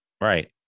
right